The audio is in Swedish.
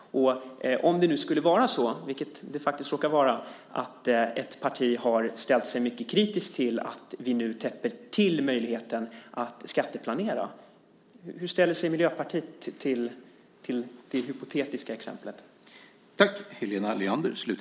Om det skulle vara så, vilket det faktiskt råkar vara, att ett parti har ställt sig mycket kritiskt till att vi nu täpper till möjligheten att skatteplanera, hur ställer sig Miljöpartiet till det hypotetiska exemplet?